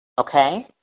Okay